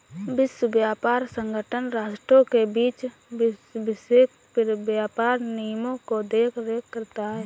विश्व व्यापार संगठन राष्ट्रों के बीच वैश्विक व्यापार नियमों की देखरेख करता है